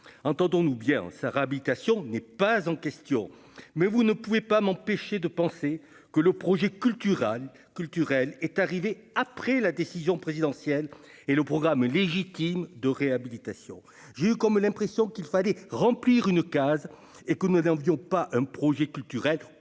entendons-nous bien : sa réhabilitation n'est pas en question mais vous ne pouvez pas m'empêcher de penser que le projet Cultural culturel est arrivé après la décision présidentielle et le programme légitime de réhabilitation, j'ai eu comme l'impression qu'il fallait remplir une case et que le modem Lyon, pas un projet culturel